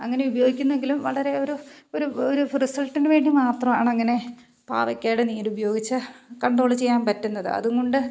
അങ്ങനെ ഉപയോഗിക്കുന്നെങ്കിലും വളരെ ഒരു ഒരു ഒരു റിസൾട്ടിനുവേണ്ടി മാത്രമാണങ്ങനെ പാവക്കയുടെ നീരു ഉപയോഗിച്ച് കൺട്രോള് ചെയ്യാൻ പറ്റുന്നത് അതുകൊണ്ട്